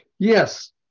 Yes